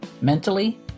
mentally